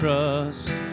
Trust